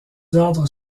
ordres